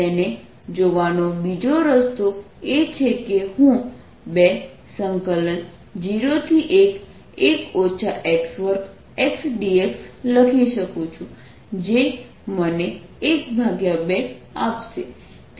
તેને જોવાનો બીજો રસ્તો એ છે કે હું 201 x dx લખી શકું જે મને 12 આપશે